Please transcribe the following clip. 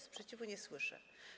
Sprzeciwu nie słyszę.